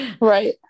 right